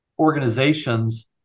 Organizations